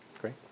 Great